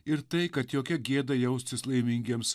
ir tai kad jokia gėda jaustis laimingiems